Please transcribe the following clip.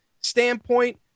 standpoint